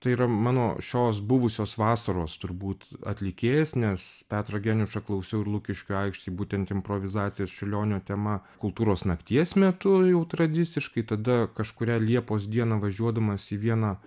tai yra mano šios buvusios vasaros turbūt atlikėjas nes petrą geniušą klausiau ir lukiškių aikštėj būtent improvizacijas čiurlionio tema kultūros nakties metu jau tradiciškai tada kažkurią liepos dieną važiuodamas į vieną